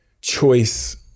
choice